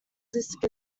disk